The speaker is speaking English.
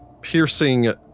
piercing